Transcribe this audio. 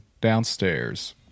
downstairs